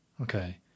Okay